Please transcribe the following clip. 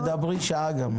-- תדברי שעה גם.